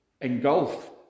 engulf